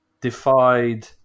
defied